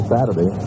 Saturday